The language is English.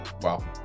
Wow